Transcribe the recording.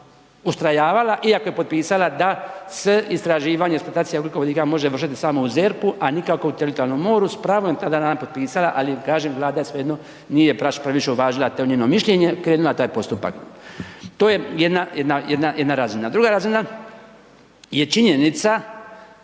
ustrajavala iako je potpisala da se istraživanje i eksploatacija ugljikovodika može vršiti samo u ZERP-u, a nikako u teritorijalnom moru s pravom je tada ona potpisala, ali kažem Vlada je svejedno nije previše uvažila to njeno mišljenje, krenula u taj postupak. To je jedna razina. Druga razina je činjenica